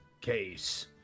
Case